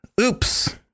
Oops